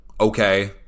okay